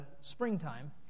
springtime